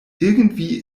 irgendwie